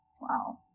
Wow